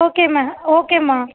okay மே ஓகேம்மா